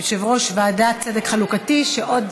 יושב-ראש הוועדה לצדק חלוקתי, שעוד